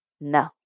no